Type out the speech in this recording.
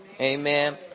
Amen